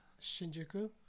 shinjuku